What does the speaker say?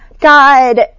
God